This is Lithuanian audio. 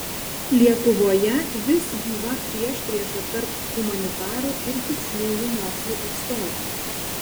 lietuvoje vis gyva priešprieša tarp humanitarų ir tiksliųjų mokslų atstovų